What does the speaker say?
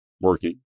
working